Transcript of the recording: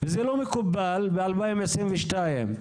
זה לא מקובל ב-2022.